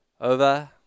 over